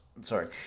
sorry